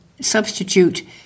substitute